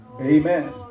Amen